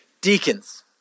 deacons